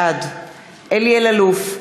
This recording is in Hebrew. בעד אלי אלאלוף,